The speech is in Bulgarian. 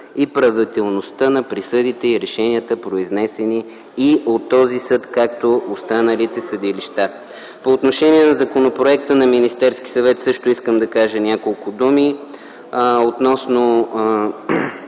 и правилността на присъдите и решенията, произнесени и от този съд, както и от останалите съдилища. По отношение на законопроекта на Министерския съвет също искам да кажа няколко думи относно